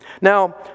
Now